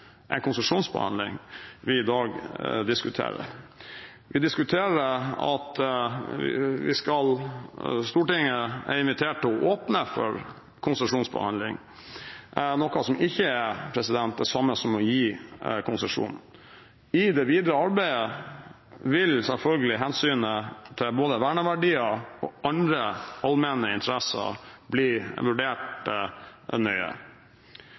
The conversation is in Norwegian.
en konsesjonsbehandling vi i dag diskuterer. Vi diskuterer at Stortinget er invitert til å åpne for konsesjonsbehandling, noe som ikke er det samme som å gi konsesjon. I det videre arbeidet vil selvfølgelig hensynet til både verneverdier og andre allmenne interesser bli vurdert nøye.